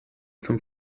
zum